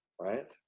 right